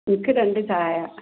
എനിക്ക് രണ്ട് ചായ